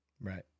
Right